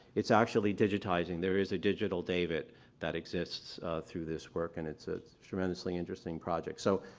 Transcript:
it's actually digitizing. there is a digital david that exists through this work and it's a tremendously interesting project. so,